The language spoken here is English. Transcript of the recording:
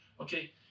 Okay